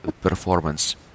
performance